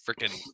Freaking